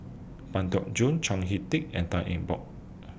Pang Teck Joon Chao Hick Tin and Tan Eng Bock